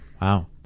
Wow